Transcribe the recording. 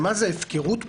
מה זה, הפקרות פה?